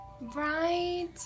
Right